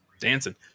Dancing